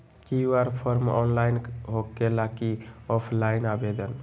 QR form online होकेला कि offline आवेदन?